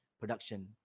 production